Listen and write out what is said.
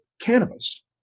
cannabis